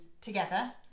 together